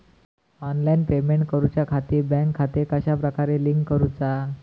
Online payment करुच्याखाती bank खाते कश्या प्रकारे लिंक करुचा?